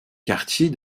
quartier